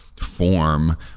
form